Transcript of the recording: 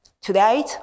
Today